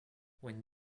when